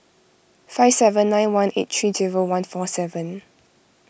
five seven nine one eight three zero one four seven